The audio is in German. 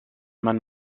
man